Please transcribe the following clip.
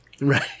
Right